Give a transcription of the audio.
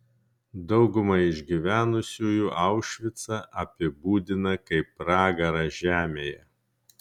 dauguma išgyvenusiųjų aušvicą apibūdiną kaip pragarą žemėje